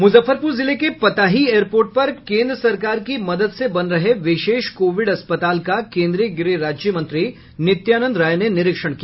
मुजफ्फरपुर जिले के पताही एयरपोर्ट पर केन्द्र सरकार की मदद से बन रहे विशेष कोविड अस्पताल का केन्द्रीय गृह राज्य मंत्री नित्यानंद राय ने निरीक्षण किया